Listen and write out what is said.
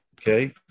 Okay